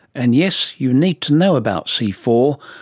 and yes, you need to know about c four,